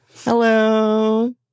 Hello